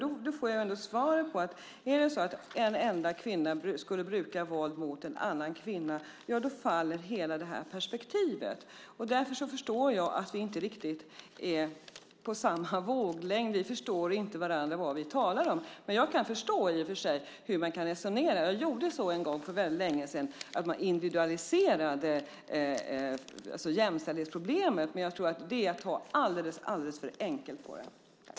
Då får jag ändå svaret: Om en enda kvinna skulle bruka våld mot en annan kvinna faller hela det här perspektivet. Därför förstår jag att vi inte riktigt är på samma våglängd. Vi förstår inte varandra. Jag kan i och för sig förstå hur man kan resonera. Jag gjorde så en gång för väldigt länge sedan, att jag individualiserade jämställdhetsproblemet. Men jag tror att det är att ta alldeles för enkelt på det.